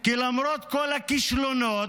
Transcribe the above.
כי למרות כל הכישלונות,